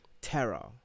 terror